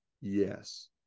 Yes